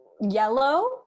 Yellow